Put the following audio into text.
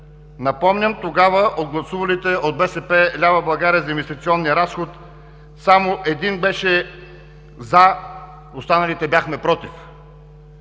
Напомням, тогава от гласувалите от „БСП лява България“ за инвестиционния разход, само един беше „за“, останалите бяхме „против“.